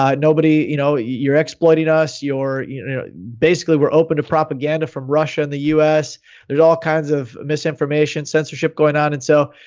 um nobody, you know, you're exploiting us. basically we're open to propaganda for russia, the us did all kinds of misinformation, censorship going out. and so,